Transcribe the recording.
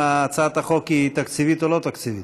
הצעת החוק היא תקציבית או לא תקציבית.